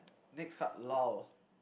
next card lull